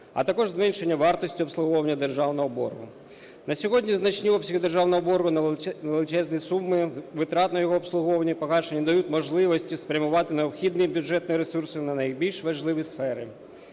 а також зменшення вартості обслуговування державного боргу. На сьогодні значні обсяги державного боргу на величезні суми витрат на його обслуговування, погашення не дають можливості спрямувати необхідні бюджетні ресурси на найбільш важливі сфери: